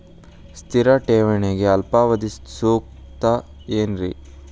ಸ್ಥಿರ ಠೇವಣಿಗೆ ಅಲ್ಪಾವಧಿ ಸೂಕ್ತ ಏನ್ರಿ?